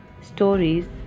stories